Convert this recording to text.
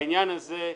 בעניין הזה,